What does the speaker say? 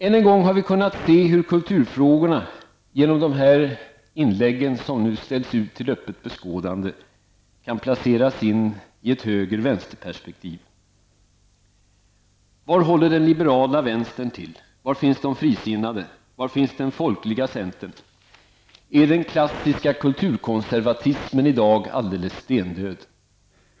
Än en gång har vi kunnat se hur kulturfrågorna i dessa inlägg som nu ställts ut till öppet beskådande kan placeras i ett höger--vänster-perspektiv. Var håller den liberala vänstern till? Var finns de frisinnade? Var finns den folkliga centern? Är den klassiska kulturkonservatismen i dag alldeles stendöd?